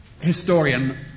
historian